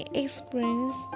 experience